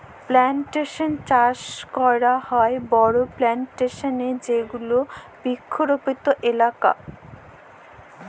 plantation চাস ক্যরেক হ্যয় বড় প্লানটেশল এ যেগুলা বৃক্ষরপিত এলাকা